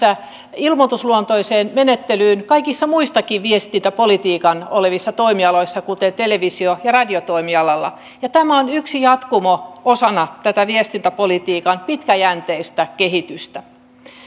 ilmoitusluontoiseen menettelyyn kaikilla muillakin viestintäpolitiikan toimialoilla kuten televisio ja radiotoimialalla tämä on yksi jatkumo osana tätä viestintäpolitiikan pitkäjänteistä kehitystä